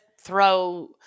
throw